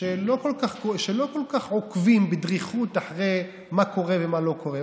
שלא כל כך עוקבים בדריכות אחרי מה שקורה ומה שלא קורה.